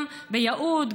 גם ביהוד,